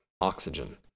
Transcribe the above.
oxygen